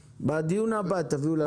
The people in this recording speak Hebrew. בדיון הבא תביאו לנו את הפירוט,